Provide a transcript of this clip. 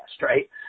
right